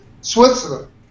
Switzerland